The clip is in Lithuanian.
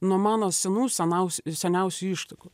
nuo mano senų senaus seniausių ištakų